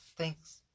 Thanks